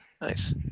Nice